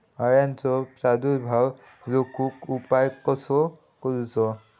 अळ्यांचो प्रादुर्भाव रोखुक उपाय कसो करूचो?